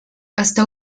està